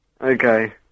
Okay